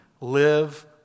live